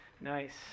Nice